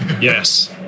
Yes